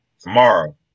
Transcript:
Tomorrow